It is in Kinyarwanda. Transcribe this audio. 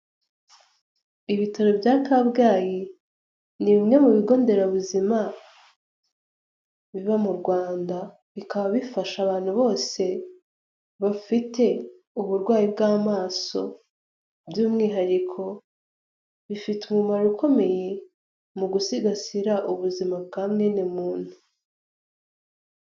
Ibitaro bya kabgayi ni bimwe mu bigo nderabuzima biba mu Rwanda bikaba bifasha abantu bose bafite uburwayi bw'amaso by'umwihariko bifite umumaro ukomeye mu gusigasira ubuzima bwa mwene muntu.